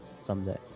Someday